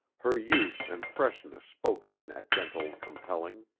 her youth and freshness spoken in that gentle compelling.